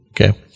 Okay